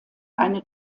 eine